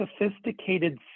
sophisticated